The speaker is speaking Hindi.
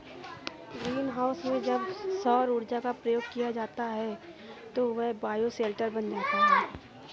ग्रीन हाउस में जब सौर ऊर्जा का प्रयोग किया जाता है तो वह बायोशेल्टर बन जाता है